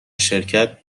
شرکت